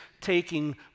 taking